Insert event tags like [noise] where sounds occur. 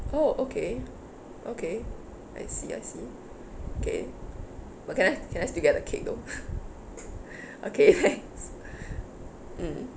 oh okay okay I see I see K what can I can I still get the cake though [laughs] [breath] okay [laughs] thanks [breath] mm